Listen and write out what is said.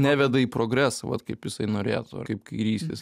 neveda į progresą vat kaip jisai norėtų kaip kairysis